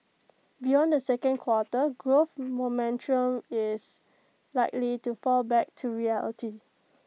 beyond the second quarter growth momentum is likely to fall back to reality